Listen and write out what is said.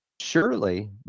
Surely